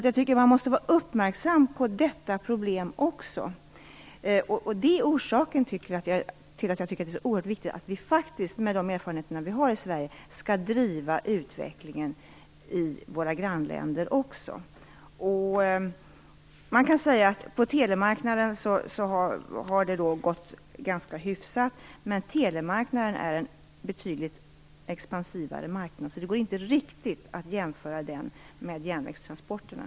Jag tycker att man måste vara uppmärksam på detta problem också. Det är orsaken till att jag tycker att det är så oerhört viktigt att vi faktiskt, med de erfarenheter vi har i Sverige, skall driva utvecklingen i våra grannländer också. På telemarknaden har det gått ganska hyfsat, men telemarknaden är en betydligt mera expansiv marknad, så det går inte riktigt att jämföra den med järnvägstransporterna.